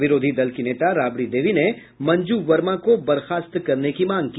विरोधी दल की नेता राबड़ी देवी ने मंजू वर्मा को बर्खास्त करने की मांग की